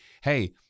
hey